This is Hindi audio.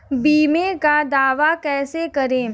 बीमे का दावा कैसे करें?